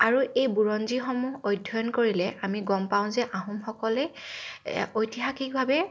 আৰু এই বুৰঞ্জীসমূহ অধ্যয়ন কৰিলে আমি গম পাওঁ যে আহোমসকলে ঐতিহাসিকভাৱে